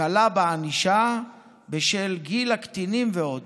הקלה בענישה בשל גיל הקטינים ועוד.